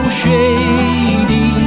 shady